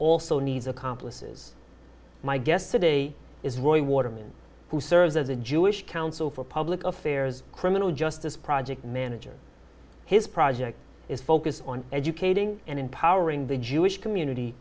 also needs accomplices my guest today is roy waterman who serves as a jewish council for public affairs criminal justice project manager his project is focused on educating and empowering the jewish community